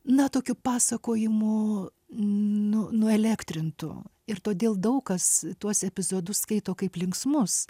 na tokiu pasakojimu nu nu įelektrintu ir todėl daug kas tuos epizodus skaito kaip linksmus